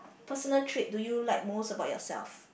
personal trait do you like most about yourself